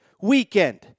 weekend